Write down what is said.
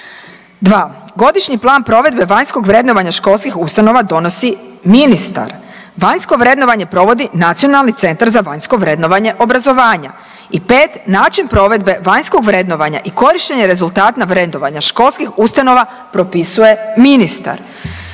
godišnji plan provedbe vanjskog vrednovanja školskih ustanova donosi ministar. Vanjsko vrednovanje provodi Nacionalni centar za vanjsko vrednovanje obrazovanja i pet, način provedbe vanjskog vrednovanja i korištenje rezultata vrednovanja školskih ustanova propisuje ministar.